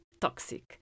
toxic